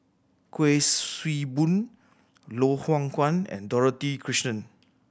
Kuik Swee Boon Loh Hoong Kwan and Dorothy Krishnan